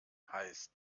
heißt